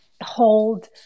hold